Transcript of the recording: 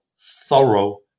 thorough